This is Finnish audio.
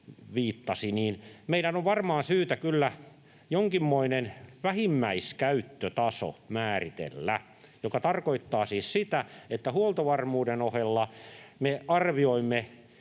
meidän on varmaan kyllä syytä jonkinmoinen vähimmäiskäyttötaso määritellä, mikä tarkoittaa siis sitä, että huoltovarmuuden ohella me arvioimme